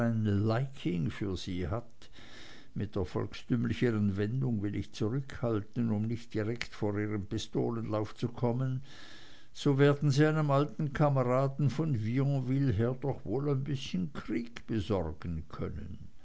für sie hat mit der volkstümlicheren wendung will ich zurückhalten um nicht direkt vor ihren pistolenlauf zu kommen so werden sie einem alten kameraden von vionville her doch wohl ein bißchen krieg besorgen können